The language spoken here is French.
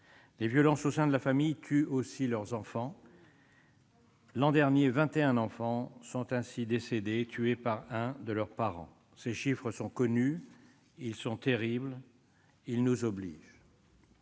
Les violences au sein de la famille tuent aussi les enfants : l'an dernier, 21 enfants sont ainsi décédés, tués par un de leurs parents. Ces chiffres sont connus. Ils sont terribles. Ils nous obligent.